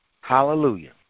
Hallelujah